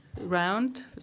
round